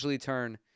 turn